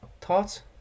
thoughts